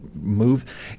move